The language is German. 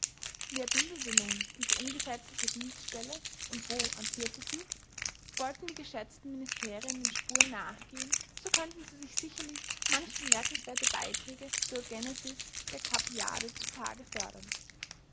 wer bildete nun diese ungesetzliche dienststelle und wo amtierte sie wollten die geschätzten ministerien den spuren nachgehen so könnten sie sicherlich manch bemerkenswerte beiträge zur genesis der kappiade zutage fördern